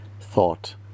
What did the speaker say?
thought